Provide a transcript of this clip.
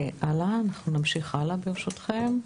אנחנו נמשיך הלאה ברשותכם.